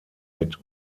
mit